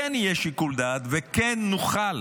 כן יהיה שיקול דעת, וכן נוכל